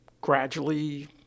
gradually